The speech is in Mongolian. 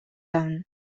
авна